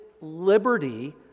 liberty